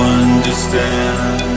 understand